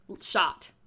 shot